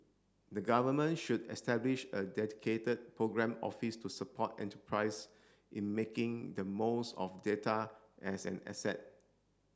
the Government should establish a dedicated programme office to support enterprises in making the most of data as an asset